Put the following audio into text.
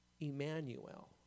Emmanuel